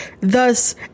Thus